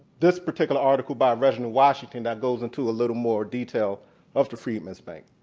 this particular article by reginald washington that goes into a little more detail of the freedman's bank.